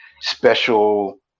special